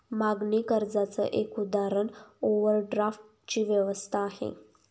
मागणी कर्जाच एक उदाहरण ओव्हरड्राफ्ट ची व्यवस्था आहे